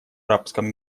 арабском